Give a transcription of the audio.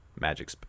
magic